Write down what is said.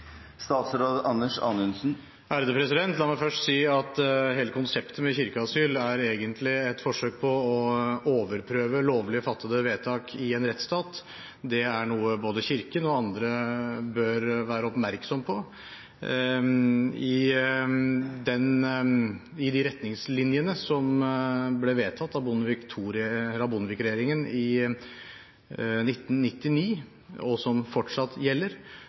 La meg først si at hele konseptet med kirkeasyl egentlig er et forsøk på å overprøve lovlig fattede vedtak i en rettsstat. Det er noe både Kirken og andre bør være oppmerksom på. I de retningslinjene som ble vedtatt av Bondevik-regjeringen i 1999 – og som fortsatt gjelder